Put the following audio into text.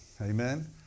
Amen